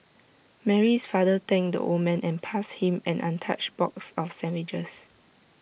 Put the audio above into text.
Mary's father thanked the old man and passed him an untouched box of sandwiches